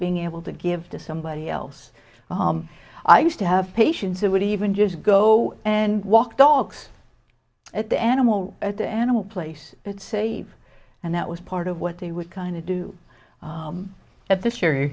being able to give to somebody else i used to have patients who would even just go and walk dogs at the animal at the animal place at sea and that was part of what they would kind of do it this year